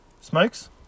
Smokes